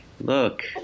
Look